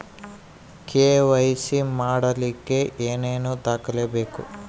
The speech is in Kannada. ಕೆ.ವೈ.ಸಿ ಮಾಡಲಿಕ್ಕೆ ಏನೇನು ದಾಖಲೆಬೇಕು?